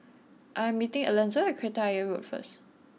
I am meeting Alanzo Kreta Ayer Road first